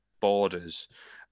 borders